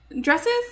dresses